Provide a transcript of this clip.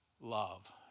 love